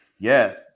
Yes